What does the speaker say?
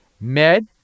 MED